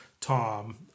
Tom